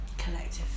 collective